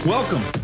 Welcome